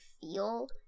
feel